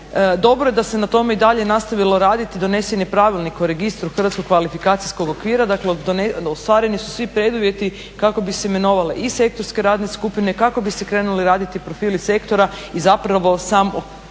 Dobro je da se na tome i dalje nastavilo raditi, donesen je Pravilnik o Registru hrvatskog kvalifikacijskog okvira. Dakle, ostvareni su svi preduvjeti kako bi se imenovale i sektorske radne skupine, kako bi se krenuli raditi profili sektora i zapravo sam